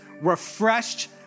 refreshed